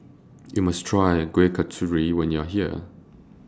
YOU must Try Kuih Kasturi when YOU Are here